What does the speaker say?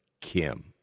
Kim